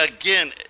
again